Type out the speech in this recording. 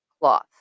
cloth